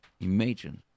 imagine